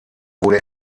wurde